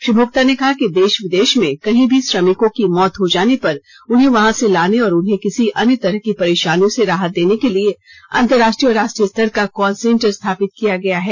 श्री भोक्ता ने कहा है कि देश विदेश में कहीं भी श्रमिकों की मौत हो जाने पर उन्हें वहां से लाने और उन्हें किसी अन्य तरह की परेशानियों से राहत देने के लिए अंतराष्ट्रीय और राष्ट्रीय स्तर का कॉल सेंटर स्थापित किया गया है